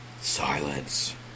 Silence